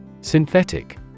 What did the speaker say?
Synthetic